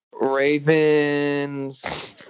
Ravens